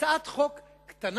הצעת חוק קטנה,